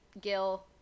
Gil